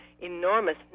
enormous